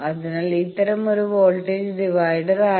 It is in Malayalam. അതിനാൽ ഇതൊരു വോൾട്ടേജ് ഡിവൈഡറാണ്